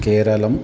केरलः